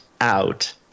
out